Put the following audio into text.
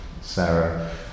Sarah